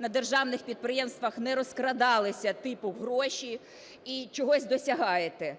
на державних підприємствах не розкрадалися типу гроші, і чогось досягаєте,